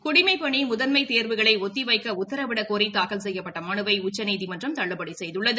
குடிமைப்பணி முதன்மை தேர்வுகளை ஒத்தி வைக்க உத்தரவிடக்கோரி தாக்கல் செய்யப்பட்ட மனுவை உச்சநீதிமன்றம் தள்ளுபடி செய்துள்ளது